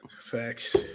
Facts